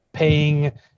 paying